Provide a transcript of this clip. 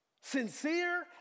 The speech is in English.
Sincere